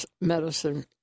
medicine